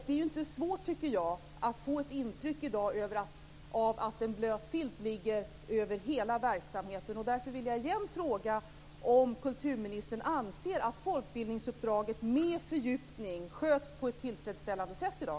Det är inte svårt att få ett intryck av att en blöt filt ligger över hela verksamheten. Därför vill jag igen fråga om kulturministern anser att folkbildningsuppdraget med fördjupning sköts på ett tillfredsställande sätt i dag.